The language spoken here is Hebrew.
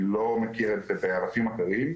אני לא מכיר את זה בענפים אחרים,